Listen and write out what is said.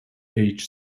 age